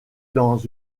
dans